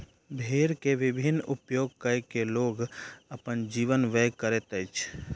भेड़ के विभिन्न उपयोग कय के लोग अपन जीवन व्यय करैत अछि